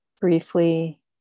briefly